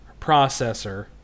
processor